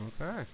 Okay